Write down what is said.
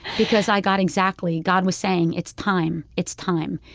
because i got exactly god was saying, it's time. it's time.